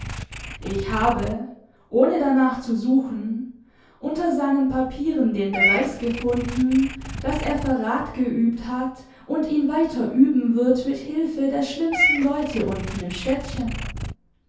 ich habe ohne danach zu suchen unter seinen papieren den beweis gefunden daß er verrat geübt hat und ihn weiter üben wird mit hilfe der schlimmsten leute unten im städtchen